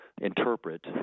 interpret